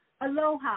aloha